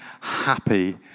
happy